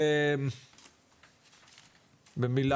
בבוקר